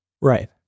Right